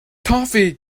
toffee